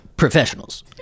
professionals